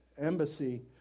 embassy